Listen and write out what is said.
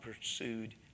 pursued